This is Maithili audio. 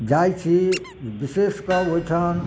जाइ छी विशेष कऽ ओहिठाम